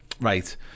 Right